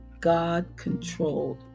God-controlled